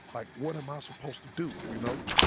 like, what am i supposed to do? you know.